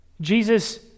Jesus